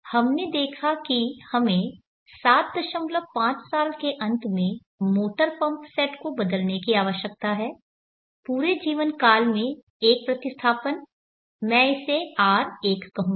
हमने देखा कि हमें 75 साल के अंत में मोटर पंप सेट को बदलने की आवश्यकता है पूरे जीवनकाल में एक प्रतिस्थापन मैं इसे R1 कहूंगा